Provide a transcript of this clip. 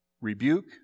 Rebuke